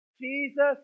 Jesus